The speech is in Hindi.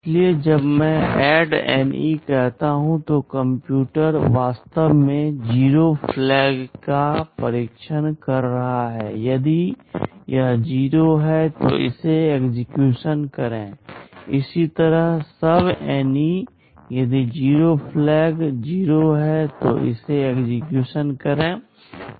इसलिए जब मैं ADDNE कहता हूं तो कंप्यूटर वास्तव में 0 फ्लैग का परीक्षण कर रहा है यदि यह 0 है तो इसे एक्सेक्यूशन करें इसी तरह SUBNE यदि 0 फ्लैग 0 है तो इसे एक्सेक्यूशन करें